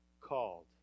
called